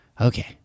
Okay